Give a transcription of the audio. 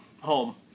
home